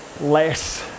less